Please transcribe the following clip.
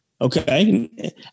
Okay